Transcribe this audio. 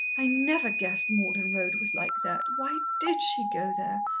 i never guessed malden road was like that. why did she go there?